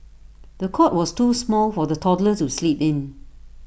the cot was too small for the toddler to sleep in